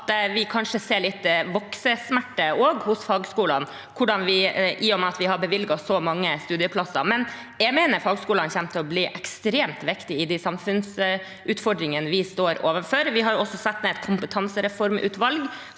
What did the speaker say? at vi kanskje ser litt voksesmerter hos fagskolene, i og med at vi har bevilget så mange studieplasser. Jeg mener fagskolene kommer til å bli ekstremt viktige i de samfunnsutfordringene vi står overfor. Vi har også satt ned et kompetansereformutvalg